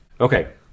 Okay